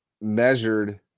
measured